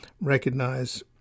recognize